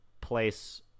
place